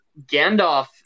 Gandalf